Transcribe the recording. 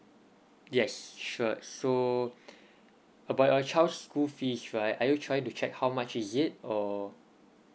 yes sure so about your child's school fees right are you trying to check how much is it or